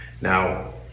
Now